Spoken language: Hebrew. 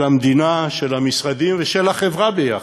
של המדינה, של המשרדים ושל החברה ביחד.